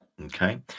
okay